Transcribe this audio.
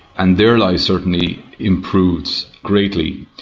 and their lives certainly improved greatly.